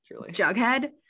Jughead